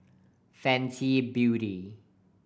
Fenty Beauty